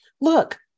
look